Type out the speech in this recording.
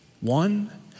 One